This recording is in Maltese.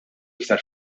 iktar